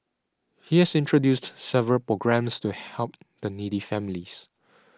he has introduced several programmes to help the needy families